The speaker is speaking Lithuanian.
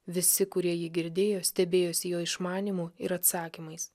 visi kurie jį girdėjo stebėjosi jo išmanymu ir atsakymais